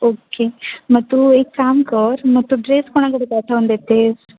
okay मग तू एक काम कर मग तू ड्रेस कोणाकडे पाठवून देतेस